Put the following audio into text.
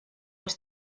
els